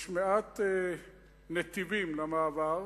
יש מעט נתיבים למעבר,